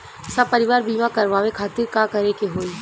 सपरिवार बीमा करवावे खातिर का करे के होई?